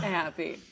happy